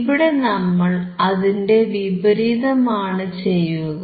ഇവിടെ നമ്മൾ അതിന്റെ വിപരീതമാണ് ചെയ്യുക